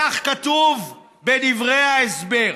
כך כתוב בדברי ההסבר: